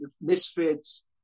misfits